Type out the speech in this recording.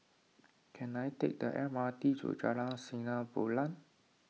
can I take the M R T to Jalan Sinar Bulan